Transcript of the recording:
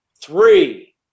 Three